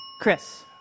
Chris